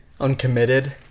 uncommitted